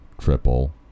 triple